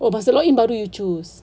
oh masa log in baru you choose